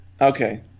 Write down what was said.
Okay